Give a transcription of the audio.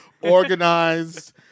organized